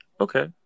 Okay